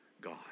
God